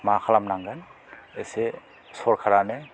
मा खालामनांगोन एसे सरकारानो